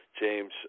James